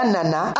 Nana